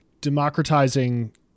democratizing